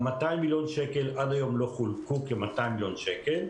200 מיליון שקל עד היום לא חולקו כ-200 מיליון שקל.